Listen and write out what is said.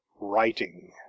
writing